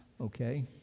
Okay